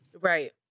Right